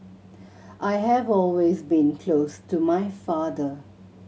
I have always been close to my father